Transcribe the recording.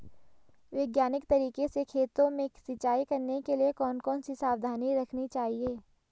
वैज्ञानिक तरीके से खेतों में सिंचाई करने के लिए कौन कौन सी सावधानी रखनी चाहिए?